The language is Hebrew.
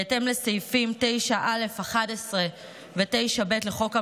בהתאם לסעיפים 9(א)(11) ו-9(ב) לחוק הממשלה,